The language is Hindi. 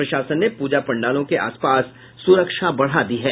प्रशासन ने पूजा पंडलों के आसपास सुरक्षा बढ़ा दी है